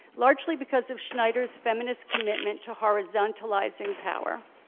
largely because of schneider's feminist commitment to horizontalizing power.